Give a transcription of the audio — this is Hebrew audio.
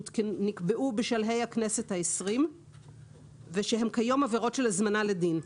שנקבעו בשלהי הכנסת ה-20 ושהן כיום עבירות של הזמנה לדין.